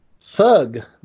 thug